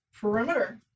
Perimeter